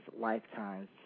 lifetimes